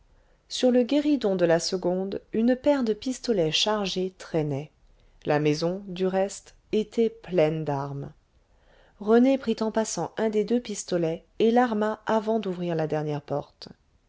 sur le guéridon de la seconde une paire de pistolets chargés traînait la maison du reste était pleine d'armes rené prit en passant un des deux pistolets et l'arma avant d'ouvrir la dernière porte